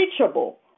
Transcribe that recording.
reachable